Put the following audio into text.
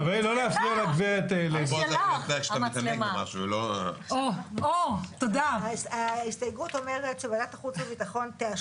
ואני מנצל את הבמה הזאת ואומר להם: אל תחרימו את ועדת החוץ והביטחון.